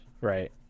Right